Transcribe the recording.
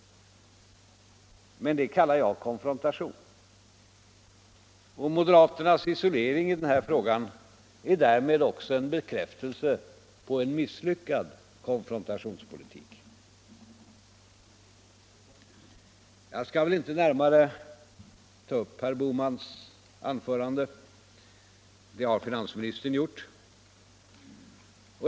Men det kallar jag konfrontation. Och moderaternas isolering i denna fråga är därmed en bekräftelse på en misslyckad konfrontationspolitik. Jag skall väl inte närmare ta upp herr Bohmans anförande, det har finansministern gjort.